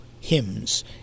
hymns